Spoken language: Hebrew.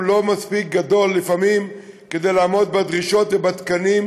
לפעמים לא מספיק גדול כדי לעמוד בדרישות ובתקנים.